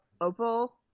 Opal